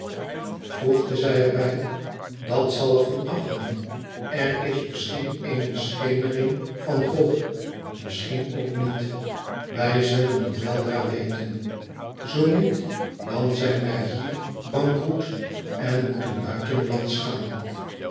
voegde zij er bij dat zal er van afhangen er is misschien eene schemeriog van hoop misschien ook niet wij zullen dat weldra weten zoo niet dan zijn wij hier bankroet en moeten buitenlands gaan